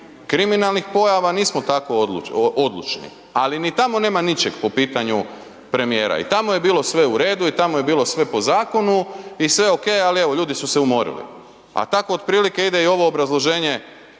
kriminalnih pojava, nismo tako odlučni. Ali ni tamo nema ničeg po pitanju premijera. I tamo je bilo sve u redu i tamo je bilo sve po zakonu i sve okej, ali evo, ljudi su se umorili. A tako otprilike ide i ovo obrazloženje